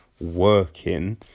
working